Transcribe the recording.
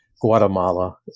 Guatemala